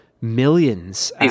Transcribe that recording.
millions